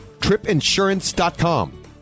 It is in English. TripInsurance.com